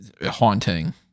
haunting